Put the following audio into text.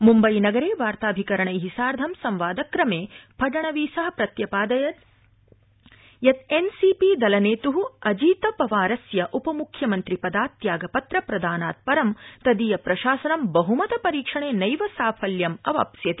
मुम्बईनगरे वार्ताभिकरणै सार्धं संवादक्रमे फडणवीस प्रत्यपादयत् यत् ि् सी पी दलनेत्ः अजितपवारस्य उपम्ख्यमन्त्रिपदात् त्यागपत्र प्रदानात्परं तदीयप्रशासनं बहमत परीक्षणे नैव साफल्यमवाप्स्यति